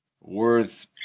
worth